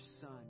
son